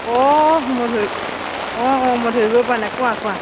অঁ মই ধৰি অঁ অঁ মই ধৰিবই পৰা নাই কোৱা কোৱা